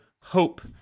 hope